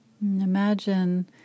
Imagine